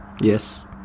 Yes